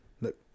look